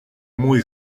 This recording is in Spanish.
muy